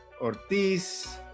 Ortiz